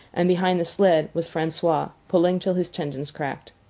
and behind the sled was francois, pulling till his tendons cracked.